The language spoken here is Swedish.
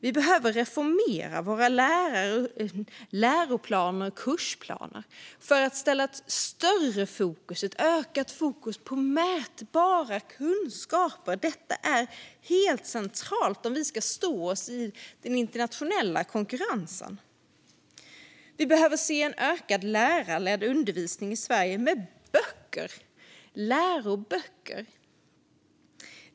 Vi behöver reformera våra läroplaner och kursplaner för att få ett ökat fokus på mätbara kunskaper. Det är helt centralt om vi ska stå oss i den internationella konkurrensen. Vi behöver se ökad lärarledd undervisning i Sverige med böcker, med läroböcker.